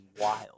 wild